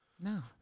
No